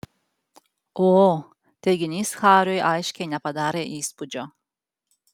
o teiginys hariui aiškiai nepadarė įspūdžio